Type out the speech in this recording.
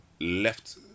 left